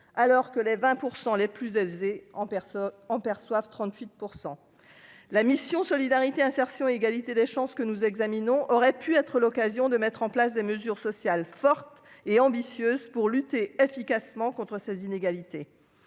alors que les 20 % les plus aisés en personne en perçoivent 38 % la mission Solidarité, insertion et égalité des chances que nous examinons aurait pu être l'occasion de mettre en place des mesures sociales fortes et ambitieuses pour lutter efficacement contre ces inégalités